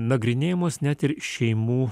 nagrinėjamos net ir šeimų